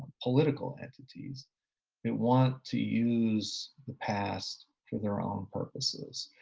political entities that want to use the past for their own purposes.